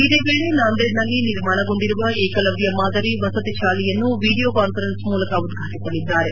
ಇದೇ ವೇಳೆ ನಾಂದೇಡ್ನಲ್ಲಿ ನಿರ್ಮಾಣಗೊಂಡಿರುವ ಏಕಲವ್ಯ ಮಾದರಿ ವಸತಿ ಶಾಲೆಯನ್ನು ವಿಡಿಯೋ ಕಾನ್ಫರೆನ್ಸ್ ಮೂಲಕ ಉದ್ಘಾಟಿಸಲಿದ್ದಾರೆ